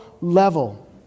level